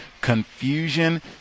Confusion